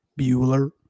Bueller